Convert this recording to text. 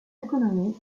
économie